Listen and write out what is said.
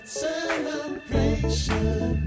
celebration